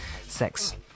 sex